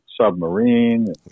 submarine